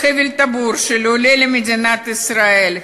חבל הטבור של העולה למדינת ישראל.